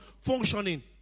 Functioning